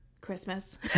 Christmas